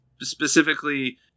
specifically